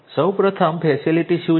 સૌ પ્રથમ ફેસિલિટી શું છે